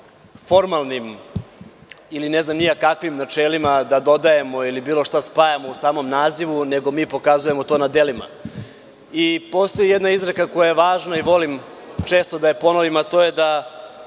formalnim ili ne znam ni ja kakvim načelima da dodajemo ili bilo šta spajamo u samom nazivu, nego mi pokazujemo to na delima. Postoji jedna izreka koja je važna i volim često da je ponovim, a to je da